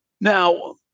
Now